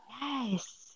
yes